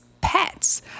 pets